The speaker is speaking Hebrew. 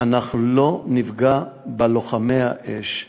אנחנו לא נפגע בלוחמי האש,